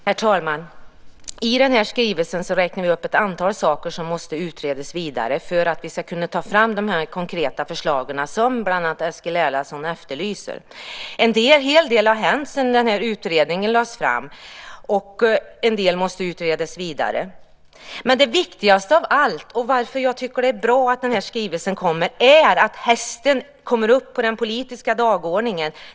Herr talman! I skrivelsen räknar vi upp ett antal saker som måste utredas vidare för att vi ska kunna ta fram de konkreta förslag som bland andra Eskil Erlandsson efterlyser. En hel del har hänt sedan utredningen lades fram, och en del måste utredas vidare. Men det viktigaste av allt, och anledningen till att jag tycker att det är bra att skrivelsen kommer, är att hästen kommer upp på den politiska dagordningen.